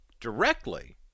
directly